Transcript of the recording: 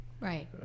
Right